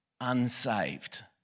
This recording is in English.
unsaved